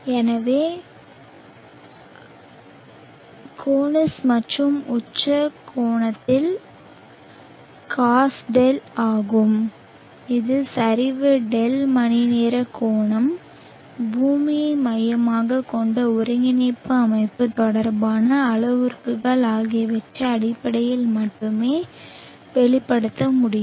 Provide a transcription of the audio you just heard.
எனவே கோனிஸ் என்பது உச்ச கோணத்தின் காஸ் ஆகும் இது சரிவு ϕ மணிநேர கோணம் பூமியை மையமாகக் கொண்ட ஒருங்கிணைப்பு அமைப்பு தொடர்பான அளவுருக்கள் ஆகியவற்றின் அடிப்படையில் மட்டுமே வெளிப்படுத்த முடியும்